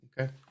okay